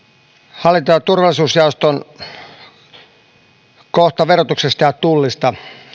hallinto ja turvallisuusjaoston kohta verotuksesta ja tullista